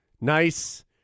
nice